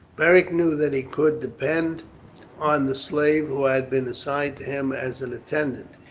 beric knew that he could depend on the slave who had been assigned to him as an attendant.